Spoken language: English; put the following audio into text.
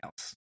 else